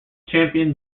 championed